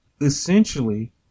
essentially